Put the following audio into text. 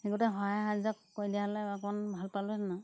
সেইগতে সহায় সহায়ক কৰি দিয়া হ'লে অকণমান ভাল পালোঁ হয়টেন ন